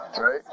right